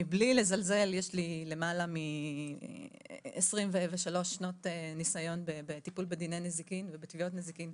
יש לי למעלה מ-23 שנות ניסיון בטיפול בדיני נזיקין ובתביעות נזיקין,